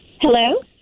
Hello